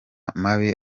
mabi